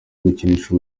gukinisha